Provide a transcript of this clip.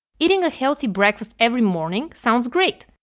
eating a healthy breakfast every morning sounds great.